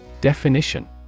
Definition